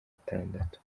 atandatu